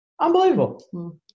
Unbelievable